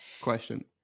Question